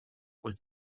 was